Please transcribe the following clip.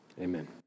Amen